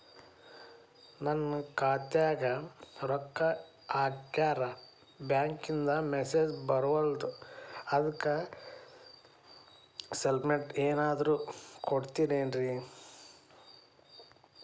ನನ್ ಖಾತ್ಯಾಗ ರೊಕ್ಕಾ ಹಾಕ್ಯಾರ ಬ್ಯಾಂಕಿಂದ ಮೆಸೇಜ್ ಬರವಲ್ದು ಅದ್ಕ ಸ್ಟೇಟ್ಮೆಂಟ್ ಏನಾದ್ರು ಕೊಡ್ತೇರೆನ್ರಿ?